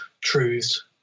truths